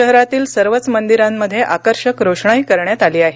शहरातील सर्वच मंदिरांमध्ये आकर्षक रोषणाई करण्यात आली आहे